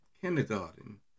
kindergarten